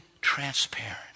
transparent